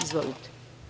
Izvolite.